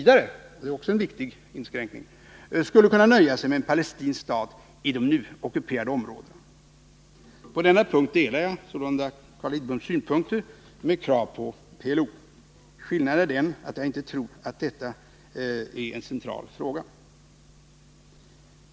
— det är också en viktig inskränkning — skulle kunna nöja sig med en palestinsk stat i de nu ockuperade områdena. På denna punkt delar jag sålunda Carl Lidboms synpunkter med krav på PLO. Skillnaden är den att jag inte tror att detta är en central fråga.